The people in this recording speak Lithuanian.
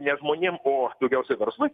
ne žmonėm o daugiausiai verslui